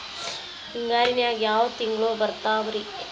ಹಿಂಗಾರಿನ್ಯಾಗ ಯಾವ ತಿಂಗ್ಳು ಬರ್ತಾವ ರಿ?